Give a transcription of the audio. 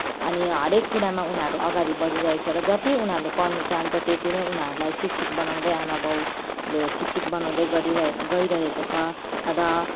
अनि हरेको कुरामा उनीहरू अगाडि बढिरहेको छ र जति उनीहरूले पढनु चाहन्छ त्यत्ति नै उनीहरूलाई शिक्षित बनाउँदै आमाबाउले शिक्षित बनाउँदै गरिरहेको गइरहेको छ र